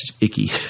icky